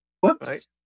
Whoops